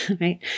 right